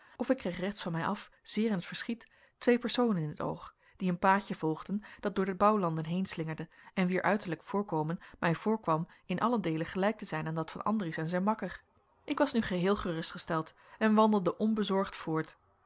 of ik kreeg rechts van mij af zeer in t verschiet twee personen in t oog die een paadje volgden dat door de bouwlanden heen slingerde en wier uiterlijk voorkomen mij voorkwam in allen deele gelijk te zijn aan dat van andries en zijn makker ik was nu geheel gerustgesteld en wandelde onbezorgd voort